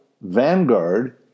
Vanguard